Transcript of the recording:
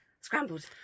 Scrambled